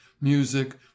music